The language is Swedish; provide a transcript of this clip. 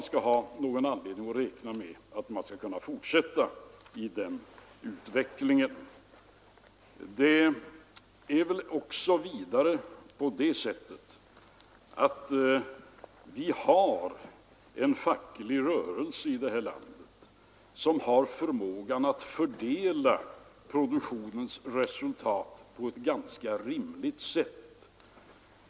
Det är väl vidare på det sättet att vi här i landet har en facklig rörelse som har förmågan att fördela produktionens resultat på ett ganska rimligt sätt.